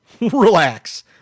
Relax